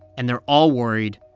and they're all worried.